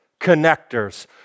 connectors